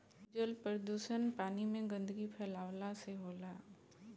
जल प्रदुषण पानी में गन्दगी फैलावला से होला